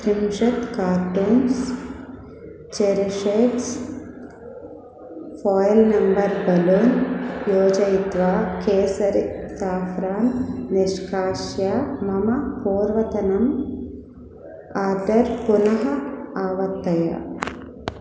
त्रिंशत् कार्टून्स् चेरिशेक्स् file number balloon योजयित्वा केसर् साफ़्रान् निष्कास्य मम पूर्वतनम् आर्डर् पुनः आवर्तय